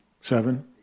Seven